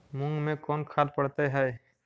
मुंग मे कोन खाद पड़तै है?